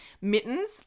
Mittens